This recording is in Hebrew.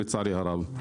לצערי הרב.